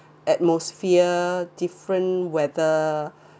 atmosphere different weather